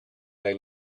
they